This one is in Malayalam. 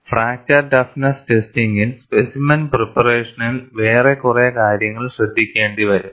ഫ്രാക്ചർ ടഫ്നെസ്സ് ടെസ്റ്റിംഗിൽ സ്പെസിമെൻ പ്രീപ്പറേഷനിൽ വേറെ കുറേ കാര്യങ്ങൾ ശ്രദ്ധിക്കേണ്ടിവരും